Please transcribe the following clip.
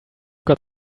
got